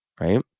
right